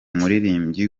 muririmbyi